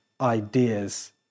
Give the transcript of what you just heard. ideas